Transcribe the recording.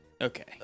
Okay